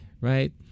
right